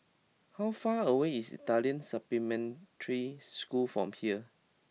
how far away is Italian Supplementary School from here